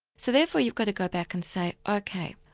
so therefore you've got to go back and say ok,